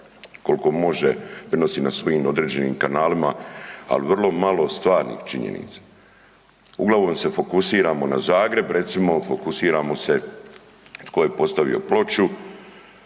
koliko može prenosi na svojim određenim kanalima, ali vrlo malo stvarnih činjenica. Uglavnom se fokusiramo na Zagreb, recimo fokusiramo se tko je postavio ploču